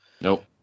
Nope